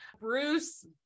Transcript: Bruce